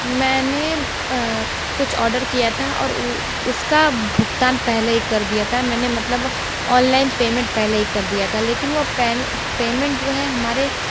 मैंने कुछ ओडर किया था और उसका भुगतान पहले ही कर दिया था मैंने मतलब ऑनलाइन पेमेंट पहले ही कर दिया था लेकिन वो पेमेंट जो है हमारे